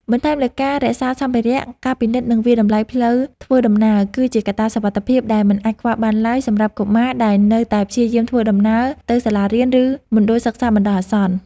បន្ថែមលើការរក្សាសម្ភារៈ ការពិនិត្យ និងវាយតម្លៃផ្លូវធ្វើដំណើរគឺជាកត្តាសុវត្ថិភាពដែលមិនអាចខ្វះបានឡើយសម្រាប់កុមារដែលនៅតែព្យាយាមធ្វើដំណើរទៅសាលារៀន ឬមណ្ឌលសិក្សាបណ្តោះអាសន្ន។